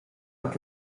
but